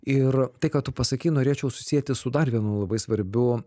ir tai ką tu pasakei norėčiau susieti su dar vienu labai svarbiu